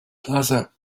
plaza